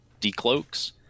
decloaks